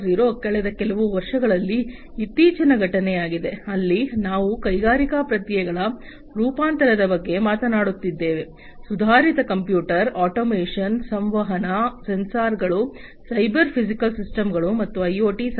0 ಕಳೆದ ಕೆಲವು ವರ್ಷಗಳಲ್ಲಿ ಇತ್ತೀಚಿನ ಘಟನೆಯಾಗಿದೆ ಅಲ್ಲಿ ನಾವು ಕೈಗಾರಿಕಾ ಪ್ರಕ್ರಿಯೆಗಳ ರೂಪಾಂತರದ ಬಗ್ಗೆ ಮಾತನಾಡುತ್ತಿದ್ದೇವೆ ಸುಧಾರಿತ ಕಂಪ್ಯೂಟರ್ ಆಟೊಮೇಷನ್ ಸಂವಹನ ಸೆನ್ಸಾರ್ಗಳು ಸೈಬರ್ ಫಿಸಿಕಲ್ ಸಿಸ್ಟಮ್ಗಳು ಮತ್ತು ಐಒಟಿ ಸಹಾಯದಿಂದ